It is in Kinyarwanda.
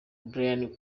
bryan